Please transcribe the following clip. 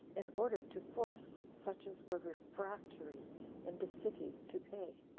in order to force such as were refractory in the cities to pay.